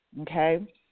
Okay